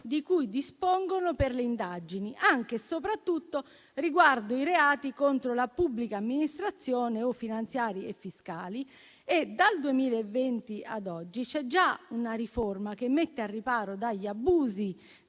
di cui dispongono per le indagini, anche e soprattutto riguardo i reati contro la pubblica amministrazione o finanziari e fiscali. Dal 2020 ad oggi c'è già stata una riforma che mette al riparo dagli abusi